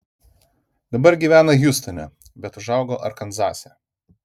dabar gyvena hjustone bet užaugo arkanzase